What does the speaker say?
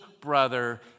brother